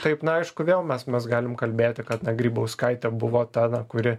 taip aišku vėl mes mes galim kalbėti kad na grybauskaitė buvo ta na kuri